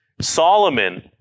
solomon